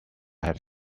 have